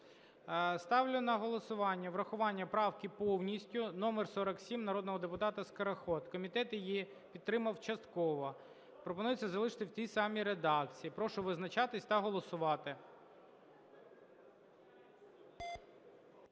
Ставлю на голосування врахування правки повністю номер 47 народного депутата Скороход. Комітет її підтримав частково. Пропонується залишити в тій самій редакції. Прошу визначитись та голосувати.